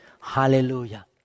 Hallelujah